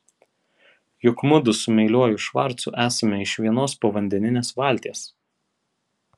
juk mudu su meiliuoju švarcu esame iš vienos povandeninės valties